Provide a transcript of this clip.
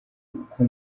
uko